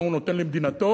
מה הוא נותן למדינתו,